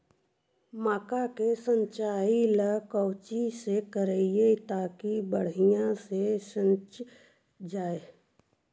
मक्का के सिंचाई ला कोची से करिए ताकी बढ़िया से सींच जाय?